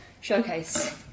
showcase